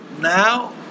now